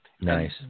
Nice